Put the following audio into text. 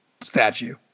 statue